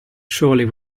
surely